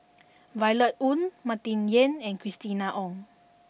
Violet Oon Martin Yan and Christina Ong